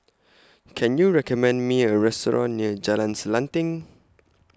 Can YOU recommend Me A Restaurant near Jalan Selanting